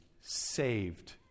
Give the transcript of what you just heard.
saved